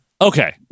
Okay